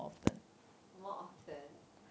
more often